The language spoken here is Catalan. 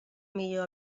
millor